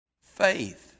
faith